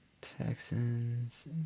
Texans